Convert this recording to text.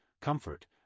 comfort